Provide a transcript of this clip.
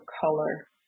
color